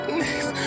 next